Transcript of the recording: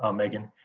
um megan.